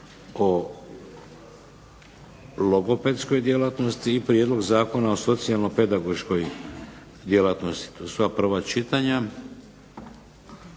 o logopedskoj djelatnosti te Prijedlog zakona o socijalno-pedagoškoj djelatnosti. Zahvaljujem.